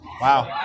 Wow